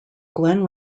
glenn